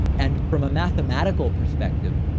and from a mathematical perspective,